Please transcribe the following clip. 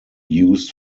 used